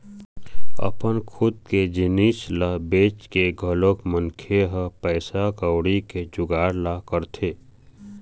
अपन खुद के जिनिस ल बेंच के घलोक मनखे ह पइसा कउड़ी के जुगाड़ ल करथे